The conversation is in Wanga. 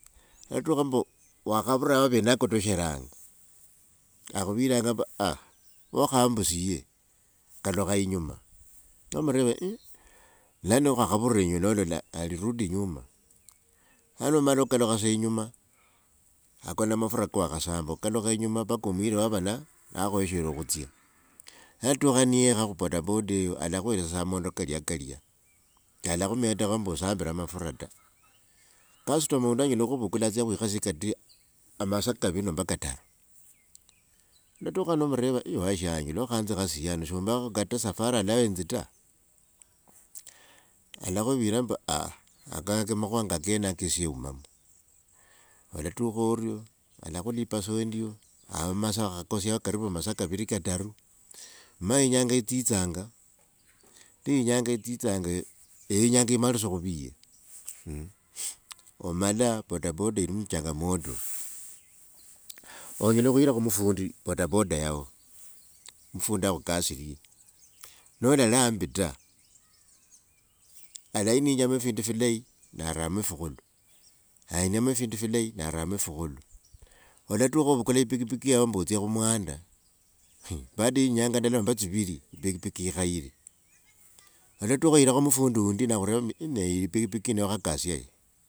Otukha mbu wakhavira wa ve nakoteshranga akhuviranga mbu aah, wokhambusie, kalukha yinyuma. Nomreva iiih, lano khwakhavira eyi nolola, arii rudi nyuma. Yani omala okalukha tsa yinyuma, ako na mafura ko wakhasama, okalukha yinyuma mpaka omuyire wava na, nakhoeshere khutsya. Natukha ne yekha khu bodaboda eyo, alakhwesia mamondo kalya kalya, shalakhumetakho ombu osambire mafura ta. Customer wundi anyela khuvukula tsa atsye khwikhasie kata amasaa kaviri nomba kataru. Notukha nomreva iih washanje nokhanzikhasie hano shi umbakho kata safari allowance ta. Alakhuvira mbu akenako, amakhuva nga kenako esye eumamo. Olatukha oryo alakhulipa sa endyo avaa masaa wakhakosya karibu masaa kaviri kataru omanye inyanga itsitsanga, ni inyanga itsitsanga eyo inyanga imalise khuviya mmh. Omala bodaboda ili ni changamoto. Onyela khuira khu mufundi bodaboda yao, mfundi akhukasirye, nolali hambi ta, alainanjamo findu filai na aramo fikhundu, ayiniamo findu filai na aramo fikhundu. Olatukha ovukula piki piki yao ombu otsia khu mwanda, hiih, baada ya inyanga indala nomba tsiviri, pikipiki ikhaire. Olatukha wirakho khu mufundi wundi nakhureva ne epikipiki inoo wkhakasya ye?